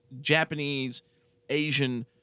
Japanese-Asian